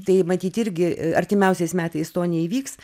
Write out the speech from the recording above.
tai matyt irgi artimiausiais metais to neįvyks